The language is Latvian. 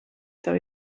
tev